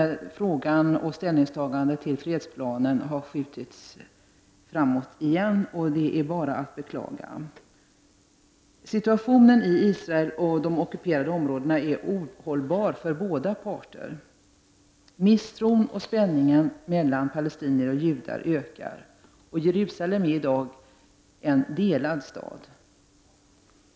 Ställningstagandet till fredsplanen har på nytt skjutits framåt, vilket är att beklaga. Situationen i Israel och i de ockuperade områdena är ohållbar för båda parter. Misstron och spänningen mellan palestinier och judar ökar. Jerusalem är i dag en delad stad.